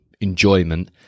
enjoyment